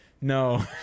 no